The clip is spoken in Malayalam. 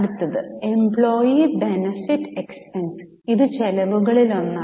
അടുത്തത് എംപ്ലോയീ ബെനഫിറ്റ് എക്സ്പെൻസ് ഇത് ചെലവുകളിലൊന്നാണ്